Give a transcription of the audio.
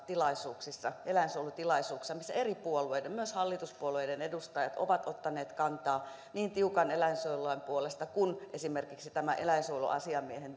eläinsuojelutilaisuuksissa missä eri puolueiden myös hallituspuolueiden edustajat ovat ottaneet kantaa niin tiukan eläinsuojelulain puolesta kuin esimerkiksi tämän eläinsuojeluasiamiehen